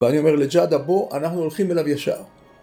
ואני אומר לג'אדה בוא אנחנו הולכים אליו ישר